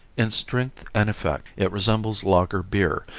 in strength and effect it resembles lager beer,